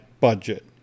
budget